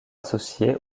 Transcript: associé